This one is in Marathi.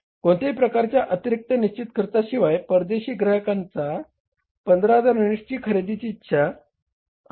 कोणत्याही प्रकारच्या अतिरिक्त निश्चित खर्चा शिवाय परदेशी ग्राहकांची 15000 युनिट्स खरेदी करण्याची इच्छा आहे